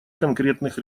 конкретных